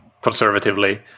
conservatively